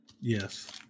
Yes